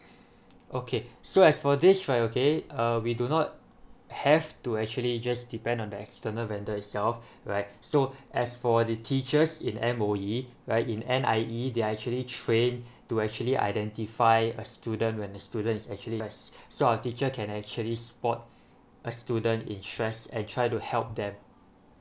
okay so as for this right okay uh we do not have to actually just depend on the external vendor itself right so as for the teachers in M_O_E right in N_I_E they're actually trained to actually identify a student when the student is actually stressed so our teacher can actually support a student in stress and try to help them